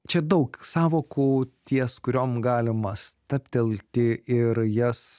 čia daug sąvokų ties kuriom galima stabtelti ir jas